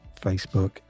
facebook